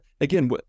Again